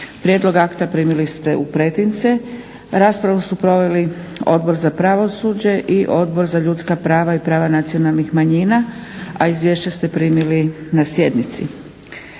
Prijedlog akta primili ste u pretince. Raspravu su proveli Odbor za pravosuđe i Odbor za ljudska prava i prava nacionalnih manjina, a izvješća ste primili na sjednici.